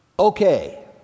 Okay